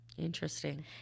Interesting